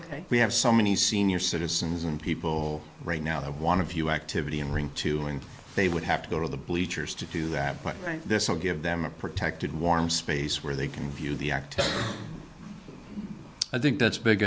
ok we have so many senior citizens and people right now that want to view activity in ring two and they would have to go to the bleachers to do that but right this will give them a protected warm space where they can view the act i think that's big